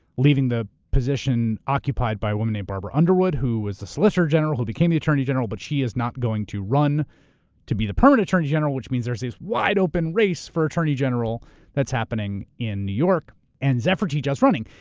leaving the position occupied by a woman named barbara underwood, who was the solicitor general who became the attorney general but she is not going to run to be the permanent attorney general which means there's this wide open race for attorney general that's happening in new york and zephyr teachout's running.